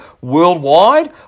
worldwide